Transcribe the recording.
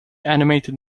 animated